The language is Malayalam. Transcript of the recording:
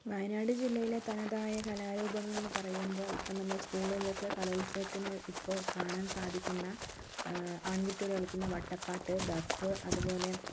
വയനാട് ജില്ലയിലെ തനതായ കലാരൂപങ്ങൾ എന്നു പറയുമ്പോൾ ഇപ്പോൾ നമ്മൾ സ്കൂളിലൊക്കെ കലോത്സവത്തിന് ഇപ്പോൾ കാണാൻ സാധിക്കുന്ന ആൺകുട്ടികൾ കളിക്കുന്ന വട്ടപ്പാട്ട് ദഫ് അതുപോലെ